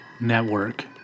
network